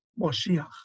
Moshiach